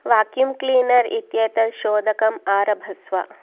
vacuum cleaner इत्येतत् शोधकम् आरभस्व